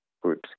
groups